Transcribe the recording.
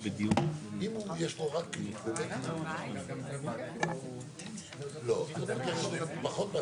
פה יש לי בניין שיש בו דירה שהיא שווה יותר